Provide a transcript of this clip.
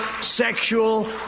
sexual